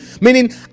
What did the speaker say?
Meaning